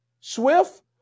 Swift